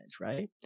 right